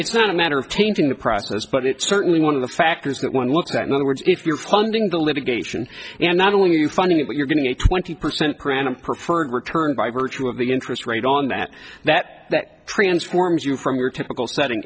it's not a matter of changing the process but it's certainly one of the factors that one looks at other words if you are funding the litigation and not only funding it but you're going to a twenty percent grant a preferred return by virtue of the interest rate on that that that transforms you from your typical setting